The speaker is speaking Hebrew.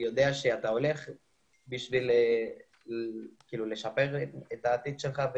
יודע שאתה הולך כדי לשפר את העתיד שלך.